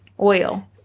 oil